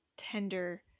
tender